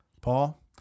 Paul